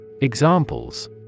Examples